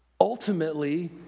ultimately